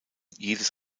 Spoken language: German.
jedes